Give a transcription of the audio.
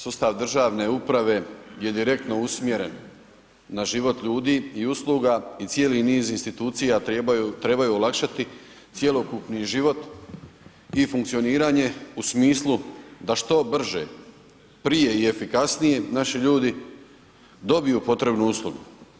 Sustav državne uprave je direktno usmjeren na život ljudi i usluga i cijeli niz institucija trebaju olakšati cjelokupni život i funkcioniranje u smislu da što brze, prije i efikasnije naši ljudi dobiju potrebnu uslugu.